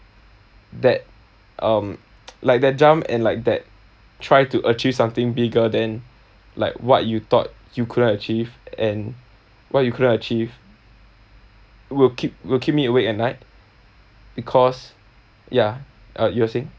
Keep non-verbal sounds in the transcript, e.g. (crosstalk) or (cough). that um (noise) like that jump and like that try to achieve something bigger than like what you thought you couldn't achieve and what you couldn't achieve will keep will keep me awake at night because ya uh you were saying